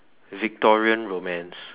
Victorian romance